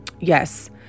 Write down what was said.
yes